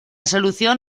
solución